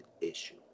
issue